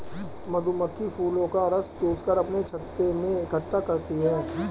मधुमक्खी फूलों का रस चूस कर अपने छत्ते में इकट्ठा करती हैं